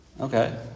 Okay